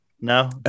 No